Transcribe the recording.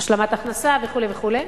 השלמת הכנסה וכו' וכו'.